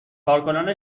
کارکنان